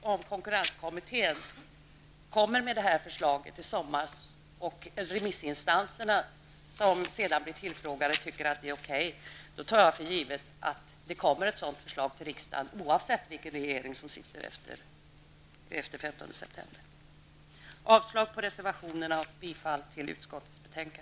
Om konkurrenskommittén lägger fram detta förslag i sommar och om de remissinstanser som sedan blir tillfrågade tycker att det är okej, tar jag för givet att ett sådant förslag kommer att överlämnas till riksdagen oavsett vilken regeringen som vi har efter den 15 september. Jag yrkar avslag på reservationerna och bifall till utskottets hemställan.